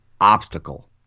obstacle